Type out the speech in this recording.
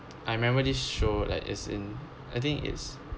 I remember this show like is in I think is